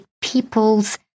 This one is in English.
people's